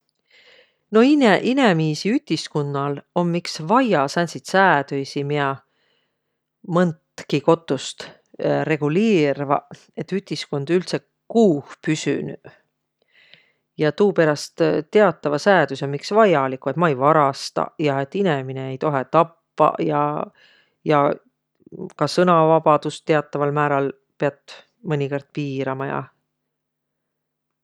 No ine- inemiisi ütiskunnal om iks vaia sääntsit säädüisi, miä mõntki kotust reguliirväq, et ütiskund üldse kuuh püsünüq. Ja tuuperäst tiatavaq säädüseq ommaq iks vajaliguq. Et ma ei varastaq ja et inemine ei toheq tappaq ja, ja ka sõnavabadus tiataval määräl mõnikõrd piät piirama ja.